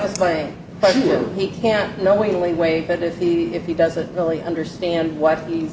was playing but he can't knowingly wait but if he if he doesn't really understand what he